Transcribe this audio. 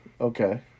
Okay